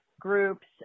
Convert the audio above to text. groups